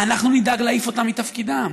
אנחנו נדאג להעיף אותם מתפקידם,